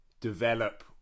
develop